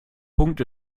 punkt